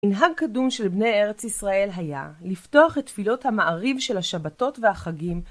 מנהג קדום של בני ארץ ישראל היה לפתוח את תפילות המעריב של השבתות והחגים